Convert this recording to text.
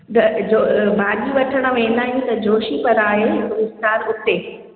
त जो भाॼी वठण बि वेंदा आहियूं त जोशी पर आहे उते